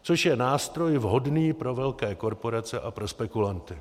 Což je nástroj vhodný pro velké korporace a pro spekulanty.